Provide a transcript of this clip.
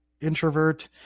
introvert